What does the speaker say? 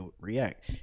react